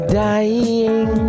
dying